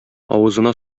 авызына